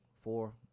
four